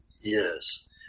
Yes